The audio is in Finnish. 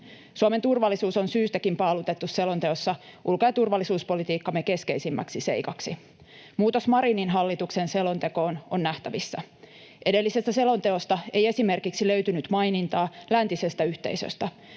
Suomen turvallisuus on syystäkin paalutettu selonteossa ulko- ja turvallisuuspolitiikkamme keskeisimmäksi seikaksi. Muutos Marinin hallituksen selontekoon on nähtävissä. Edellisestä selonteosta ei esimerkiksi löytynyt mainintaa läntisestä yhteisöstä.